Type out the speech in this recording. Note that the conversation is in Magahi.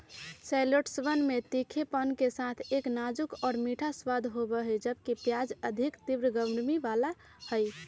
शैलोट्सवन में तीखेपन के साथ एक नाजुक और मीठा स्वाद होबा हई, जबकि प्याज अधिक तीव्र गर्मी लाबा हई